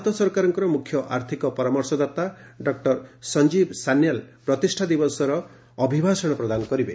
ଭାରତ ସରକାରଙ୍କ ମୁଖ୍ୟ ଆର୍ଥିକ ପରାମର୍ଶଦାତା ଡ ସଂଜୀବ ସାନ୍ୟାଲ ପ୍ରତିଷ୍ଠା ଦିବସ ଅଭିଭାଷଣ ପ୍ରଦାନ କରିବେ